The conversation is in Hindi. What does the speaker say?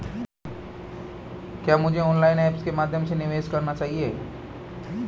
क्या मुझे ऑनलाइन ऐप्स के माध्यम से निवेश करना चाहिए?